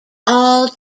all